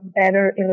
better